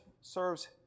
serves